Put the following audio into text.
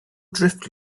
drift